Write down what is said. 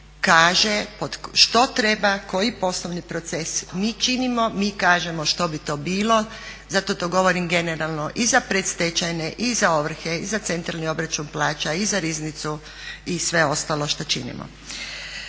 kaže što treba, koji poslovni proces. Mi činimo, mi kažemo što bi to bilo, zato to govorim generalno i za predstečajne i za ovrhe i za centralni obračun plaća i za riznicu i sve ostalo što činimo.